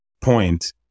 point